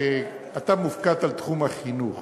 אתה מופקד על תחום החינוך.